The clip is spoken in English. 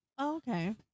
Okay